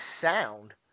sound